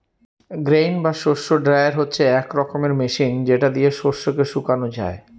grain বা শস্য dryer হচ্ছে এক রকমের মেশিন যেটা দিয়ে শস্যকে শুকানো যায়